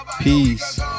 Peace